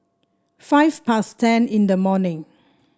five past ten in the morning